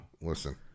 Listen